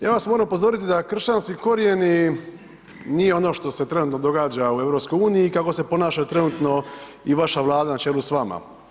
Ja vas moram upozoriti da kršćanski korijeni nije ono što se trenutno događa u EU i kako se ponaša trenutno i vaša Vlada na čelu s vama.